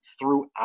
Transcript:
throughout